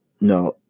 no